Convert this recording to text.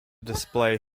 display